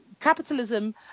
capitalism